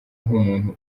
nk’umuntu